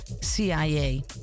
CIA